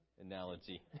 analogy